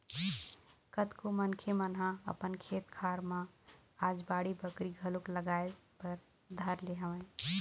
कतको मनखे मन ह अपन खेत खार मन म आज बाड़ी बखरी घलोक लगाए बर धर ले हवय